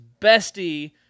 bestie